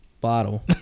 bottle